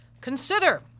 Consider